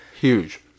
Huge